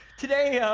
today, ah.